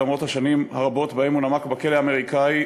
למרות השנים הרבות שבהן הוא נמק בכלא האמריקני,